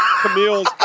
Camille's